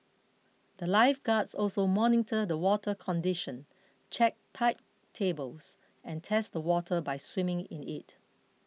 the Life guards also monitor the water condition check tide tables and test the water by swimming in it